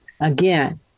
again